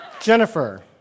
Jennifer